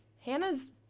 Hannah's